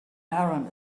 aaron